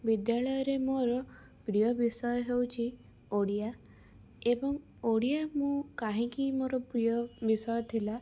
ବିଦ୍ୟାଳୟରେ ମୋର ପ୍ରିୟବିଷୟ ହେଉଛି ଓଡ଼ିଆ ଏବଂ ଓଡ଼ିଆ ମୁଁ କାହିଁକି ମୋର ପ୍ରିୟ ବିଷୟ ଥିଲା